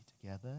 Together